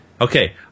Okay